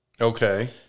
Okay